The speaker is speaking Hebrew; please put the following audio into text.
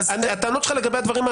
הטענות שלך לגבי הדברים האחרים,